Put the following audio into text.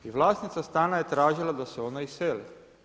I vlasnica stana je tražila da se ona iseli.